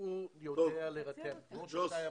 שניים-שלושה